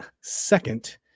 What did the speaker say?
second